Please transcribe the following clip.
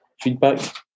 feedback